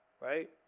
right